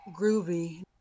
Groovy